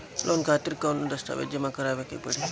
Loan खातिर कौनो दस्तावेज जमा करावे के पड़ी?